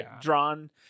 drawn